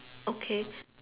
okay